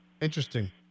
Interesting